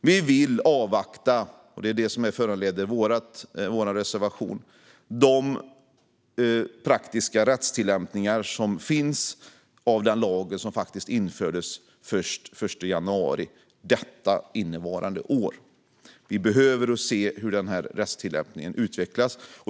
Vi vill avvakta - det är det som föranleder vår reservation - de praktiska rättstillämpningarna av den lag som faktiskt infördes först den 1 januari innevarande år. Vi behöver se hur rättstillämpningen utvecklas.